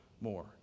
more